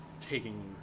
taking